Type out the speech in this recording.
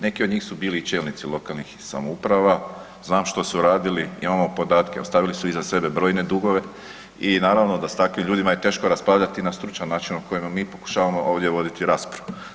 Neki od njih su bili i čelnici lokalnih samouprava, znam što su radili, imamo podatke, ostavili su iza sebe brojne dugove i naravno da s takvim ljudima je teško raspravljati na stručan način o kojima mi pokušavamo ovdje voditi raspravu.